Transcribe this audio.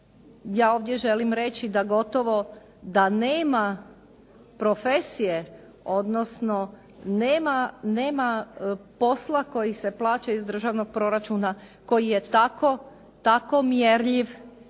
Ja ovdje želim reći da ovdje gotovo da nema profesije odnosno nema posla koji se plaća iz državnog proračuna koji je tako mjerljiv